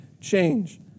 change